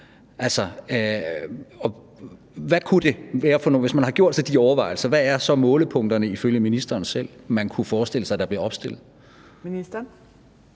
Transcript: hvad kunne det være for nogen? Hvis man har gjort sig de overvejelser, hvad er så målepunkterne, ifølge ministeren selv, som man kunne forestille sig blev opfyldt? Kl.